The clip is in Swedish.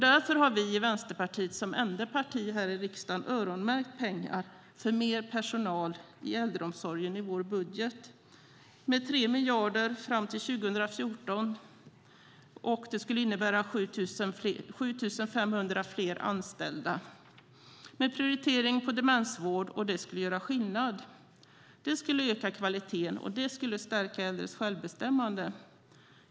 Därför har vi i Vänsterpartiet som enda parti i riksdagen öronmärkt pengar för mer personal i äldreomsorgen i vår budget. Det är fråga om 3 miljarder fram till 2014. Det skulle innebära 7 500 fler anställda med prioritering på demensvård. Det skulle göra skillnad: Det skulle öka kvaliteten och stärka äldres självbestämmande.